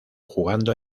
jugando